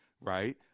right